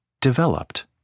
developed